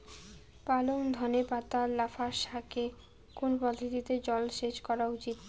পালং ধনে পাতা লাফা শাকে কোন পদ্ধতিতে জল সেচ করা উচিৎ?